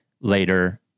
later